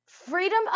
Freedom